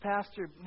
pastor